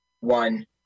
one